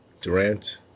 Durant